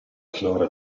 flora